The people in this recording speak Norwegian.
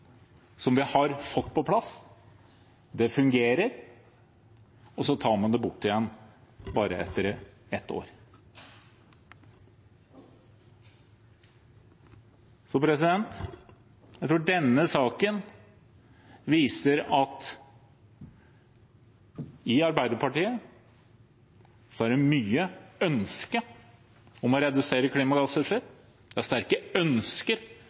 som vi har fått på plass, som fungerer – og så tar man det bort igjen bare etter ett år. Jeg tror denne saken viser at i Arbeiderpartiet er det mange ønsker om å redusere klimagassutslipp, det er sterke ønsker